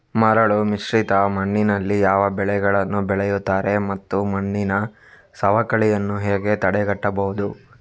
ಮರಳುಮಿಶ್ರಿತ ಮಣ್ಣಿನಲ್ಲಿ ಯಾವ ಬೆಳೆಗಳನ್ನು ಬೆಳೆಯುತ್ತಾರೆ ಮತ್ತು ಮಣ್ಣಿನ ಸವಕಳಿಯನ್ನು ಹೇಗೆ ತಡೆಗಟ್ಟಬಹುದು?